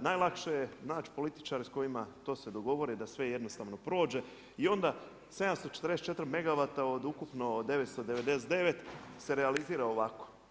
najlakše je naći političare s kojima to se dogovori da sve jednostavno prođe, i onda 744 megavata od ukupno 999 se realizira ovako.